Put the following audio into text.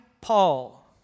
Paul